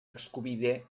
eskubide